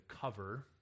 cover